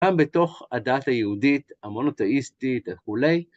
כאן בתוך הדת היהודית המונותאיסטית וכולי.